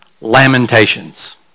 Lamentations